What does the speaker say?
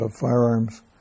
firearms